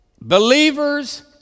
Believers